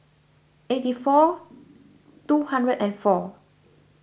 eighty four two hundred and four